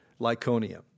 Lyconia